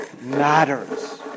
matters